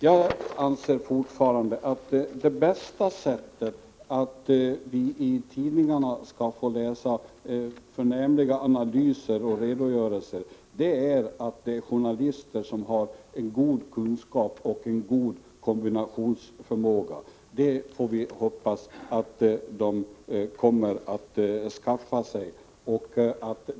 Jag anser fortfarande att den viktigaste förutsättningen för att vi i tidningarna skall få läsa förnämliga analyser och redogörelser är att journalisterna har god kunskap och kombinationsförmåga. Det får vi hoppas att de kommer att skaffa sig.